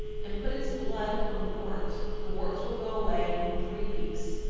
and put its blood on the wart. the warts will go away in three weeks.